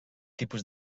tipus